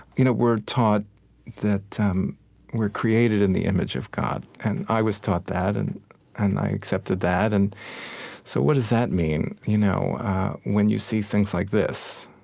you know we're taught that um we're created in the image of god. and i was taught that, and and i accepted that. and so what does that mean you know when you see things like this?